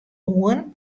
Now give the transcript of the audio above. oan